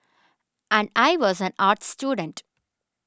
and I was an arts student